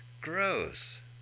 Gross